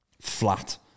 Flat